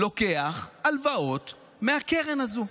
לוקח הלוואות מהקרן הזו,